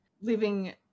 living